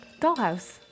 Dollhouse